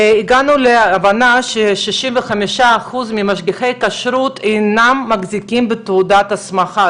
הגענו להבנה ש-65% ממשגיחי הכשרות אינם מחזיקים בתעודת הסמכה,